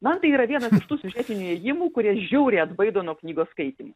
man tai yra vienas iš tų siužetinių ėjimų kurie žiauriai atbaido nuo knygos skaitymų